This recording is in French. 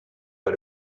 pas